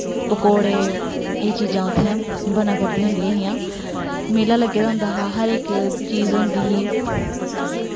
पकौड़े एह् चीजां उत्थें बना करदियां होंदियां हियां मेला लग्गे दा होंदा हा हर इक चीज़ होंदी ही